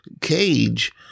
cage